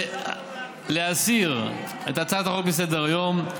להסיר את הצעת החוק מסדר-היום.